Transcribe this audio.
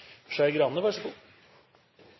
Skei Grande